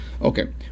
Okay